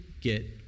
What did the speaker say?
get